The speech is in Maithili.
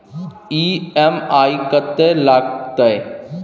ई.एम.आई कत्ते लगतै?